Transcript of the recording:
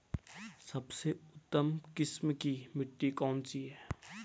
सबसे उत्तम किस्म की मिट्टी कौन सी है?